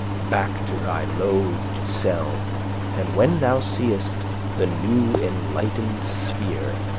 back to thy loath'd cell and when thou seest the new enlightened sphere,